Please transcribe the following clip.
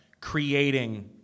creating